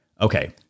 Okay